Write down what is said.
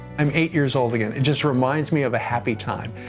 i'm eight years old again. it just reminds me of a happy time.